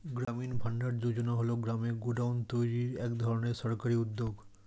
গ্রামীণ ভান্ডার যোজনা হল গ্রামে গোডাউন তৈরির এক ধরনের সরকারি উদ্যোগ